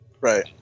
right